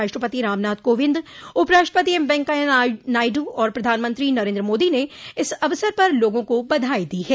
राष्ट्रपति रामनाथ कोविंद उपराष्ट्रपति एम वैकेंया नायडू और प्रधानमंत्री नरेन्द्र मोदी ने इस अवसर पर लोगों को बधाई दी है